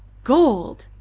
gold!